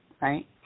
right